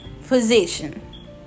physician